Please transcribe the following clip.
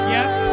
Yes